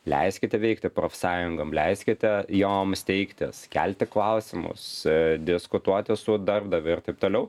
leiskite veikti profsąjungom leiskite joms steigtis kelti klausimus diskutuoti su darbdaviu ir taip toliau